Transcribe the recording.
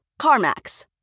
CarMax